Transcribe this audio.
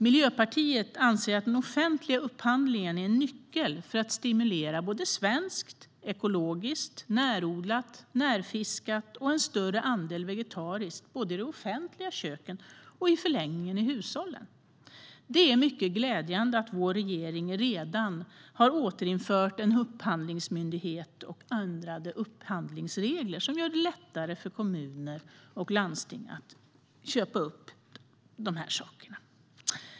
Miljöpartiet anser att den offentliga upphandlingen är en nyckel för att stimulera svenskt, ekologiskt, närodlat, närfiskat och en större andel vegetariskt både i de offentliga köken och i förlängningen i hushållen. Det är mycket glädjande att vår regering redan har återinfört en upphandlingsmyndighet och upphandlingsregler som gör det lättare för kommuner och landsting att köpa upp de här sakerna.